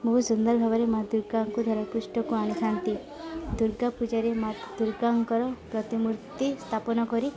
ବହୁତ ସୁନ୍ଦର ଭାବରେ ମା ଦୁର୍ଗାଙ୍କୁ ଧରାପୃଷ୍ଠକୁ ଆଣିଥାନ୍ତି ଦୂର୍ଗା ପୂଜାରେ ମା ଦୁର୍ଗାଙ୍କର ପ୍ରତିମୂର୍ତ୍ତି ସ୍ଥାପନ କରି